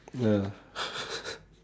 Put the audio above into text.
ya